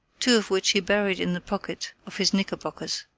two of which he buried in the pocket of his knickerbockers,